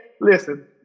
listen